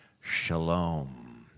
Shalom